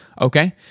okay